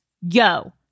yo